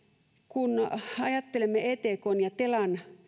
kun ajattelemme etkn ja telan